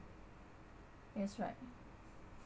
yes right